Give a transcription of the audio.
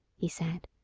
he said.